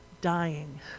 dying